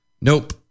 Nope